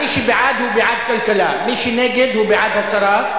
מי שבעד הוא בעד כלכלה, מי שנגד הוא בעד הסרה.